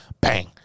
bang